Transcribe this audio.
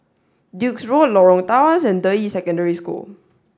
Duke's Road Lorong Tawas and Deyi Secondary School